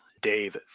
Dave